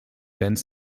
was